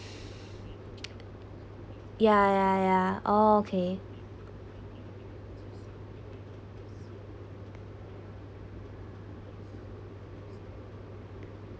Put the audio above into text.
ya ya ya okay